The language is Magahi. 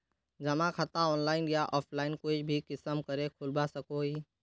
जमा खाता ऑनलाइन या ऑफलाइन कोई भी किसम करे खोलवा सकोहो ही?